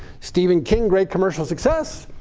stephen king great commercial success.